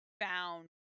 found